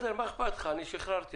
מה אכפת לך, אני שחררתי.